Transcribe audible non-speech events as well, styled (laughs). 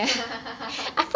(laughs)